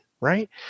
right